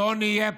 לא נהיה פה.